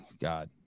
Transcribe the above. God